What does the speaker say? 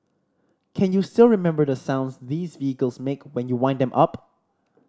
can you still remember the sounds these vehicles make when you wind them up